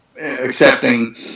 accepting